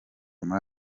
muri